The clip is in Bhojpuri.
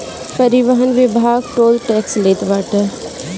परिवहन विभाग टोल टेक्स लेत बाटे